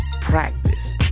practice